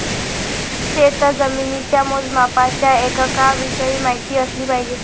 शेतजमिनीच्या मोजमापाच्या एककांविषयी माहिती असली पाहिजे